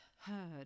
heard